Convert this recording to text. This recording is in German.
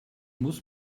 muss